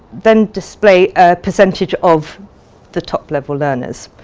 then display percentage of the top level learners.